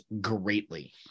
greatly